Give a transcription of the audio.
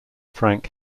frank